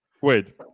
wait